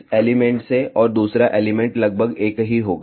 इस एलिमेंट से और दूसरा एलिमेंट लगभग एक ही होगा